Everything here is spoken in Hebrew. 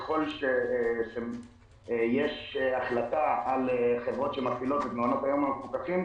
ככל שיש החלטה על חברות שמפעילות את מעונות היום המפוקחים,